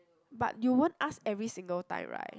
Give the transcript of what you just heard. but you won't ask every single time right